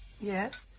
Yes